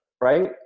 right